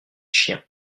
chiens